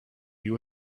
you